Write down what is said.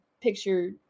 picture